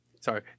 sorry